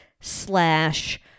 slash